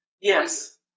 Yes